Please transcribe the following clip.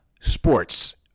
sports